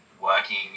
working